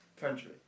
country